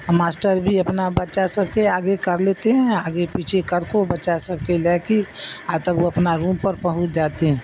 master بھی اپنا بچہ سب کے آگے کر لیتے ہیں آگے پیچھے کر کے بچہ سب کے لے کے اور تب وہ اپنا روم پر پہنچ جاتے ہیں